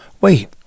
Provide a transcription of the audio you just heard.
Wait